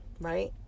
right